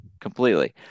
Completely